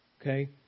okay